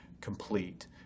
complete